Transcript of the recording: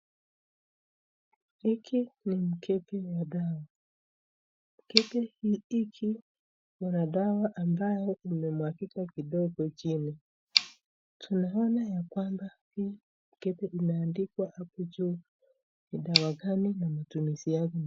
Hiki ni mkebe ya dawa mkebe hiki kuna dawa ambayo imemwakiwa kidogo chini tunaona ya kwamba hii mkepe hii imeandikwa juu dawa gani inatumikiwa.